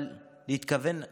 אבל להתכוון לכך,